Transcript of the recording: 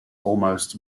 almost